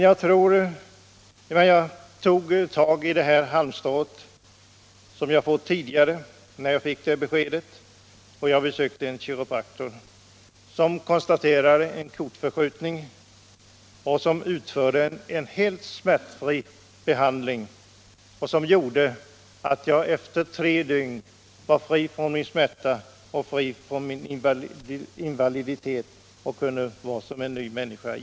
Jag tog emellertid tag i det halmstrå som jag fått tidigare och besökte en kiropraktor, som konstaterade en kotförskjutning och utförde en helt smärtfri behandling, vilken gjorde att jag efter tre dygn var fri från min smärta och invaliditet samt kände mig som en ny människa.